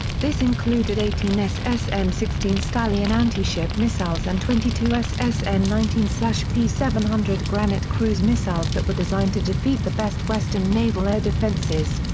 this included eighteen ss n sixteen stallion anti-ship missiles and twenty two ss n nineteen p seven hundred granit cruise missiles that were designed to defeat the best western naval air defences.